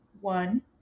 one